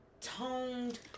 toned